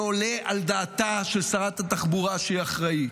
לא עולה על דעתה של שרת התחבורה שהיא אחראית,